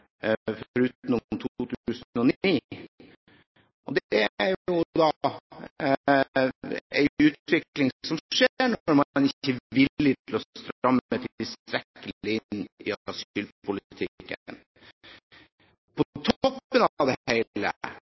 utenom 2009. Det er en utvikling som skjer når man ikke er villig til å stramme tilstrekkelig inn i asylpolitikken. På toppen av det